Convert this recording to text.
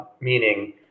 meaning